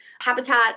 habitat